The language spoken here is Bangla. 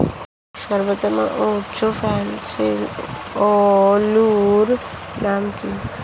সর্বোত্তম ও উচ্চ ফলনশীল আলুর নাম কি?